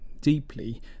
deeply